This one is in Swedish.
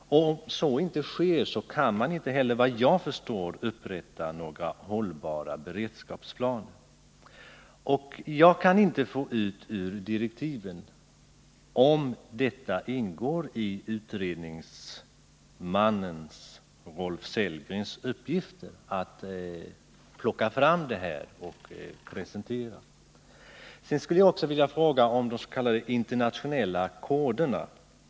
Om så inte sker kan man, såvitt jag förstår, inte upprätta några hållbara beredskapsplaner. Jag kan inte läsa ut ur direktiven om det ingår i utredningsmannen Rolf Sellgrens uppgifter att plocka fram det här och presentera det. Sedan skulle jag också vilja ställa en fråga om de s.k. internationella koderna.